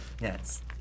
Yes